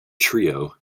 trio